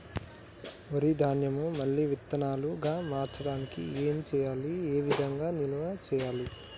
వరి ధాన్యము మళ్ళీ విత్తనాలు గా మార్చడానికి ఏం చేయాలి ఏ విధంగా నిల్వ చేయాలి?